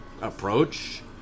approach